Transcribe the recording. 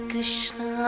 Krishna